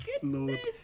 goodness